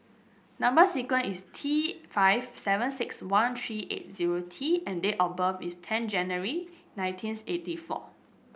number sequence is T five seven six one three eigh zero T and date of birth is ten January nineteens eighty four